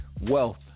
wealth